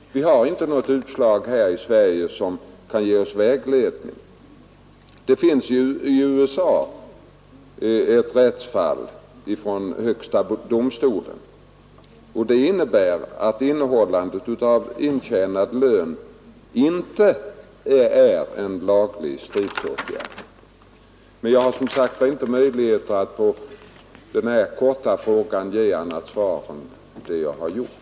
Vi har inte något domstolsutslag här i Sverige som kan ge oss vägledning. Det har visserligen i USA förekommit ett rättsfall i högsta domstolen, där utslaget blev att innehållandet av intjänad lön inte är en laglig stridsåtgärd, men jag har som sagt inte möjlighet att på denna korta tid ge annat svar än det jag har lämnat.